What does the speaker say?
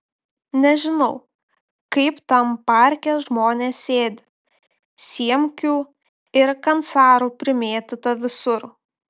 nežinau kaip tam parke žmonės sėdi siemkių ir kancarų primėtyta visur